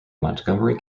montgomery